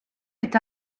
est